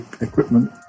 equipment